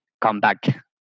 comeback